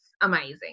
amazing